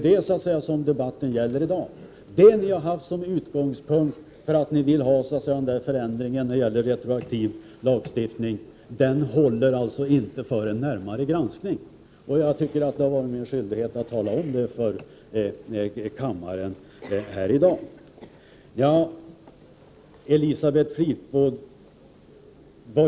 Det är vad debatten i dag handlar om. Folkpartiets resonemang för en förändring när det gäller retroaktiv lagstiftning håller således inte för en närmare granskning, och jag anser det vara min skyldighet att upplysa kammaren om detta.